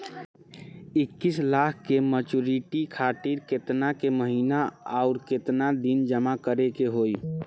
इक्कीस लाख के मचुरिती खातिर केतना के महीना आउरकेतना दिन जमा करे के होई?